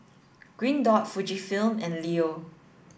green dot Fujifilm and Leo